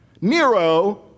Nero